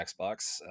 xbox